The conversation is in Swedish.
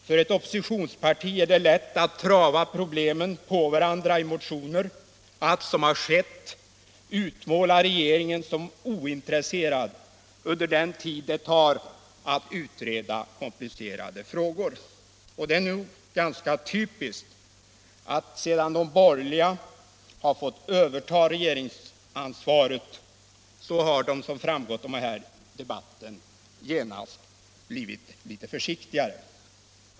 För ett oppositionsparti är det lätt att trava problem på varandra i motioner, eller att — som har skett — utmåla regeringen som ointresserad under den tid det tar att utreda komplicerade frågor. Det är nog ganska typiskt att sedan de borgerliga har fått överta regeringsansvaret har de, som framgått av den här debatten, genast blivit litet försiktigare.